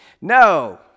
No